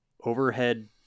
overhead